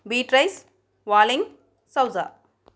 Beatrice Walling Souza